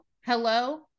hello